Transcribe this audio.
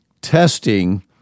testing